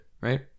right